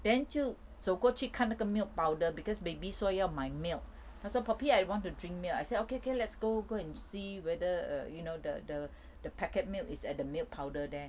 then 就走过去看这个 milk powder because baby 说要买 milk 她说 poppy I want to drink milk I said okay okay let's go go and see whether err you know the the the packet milk is at the milk powder there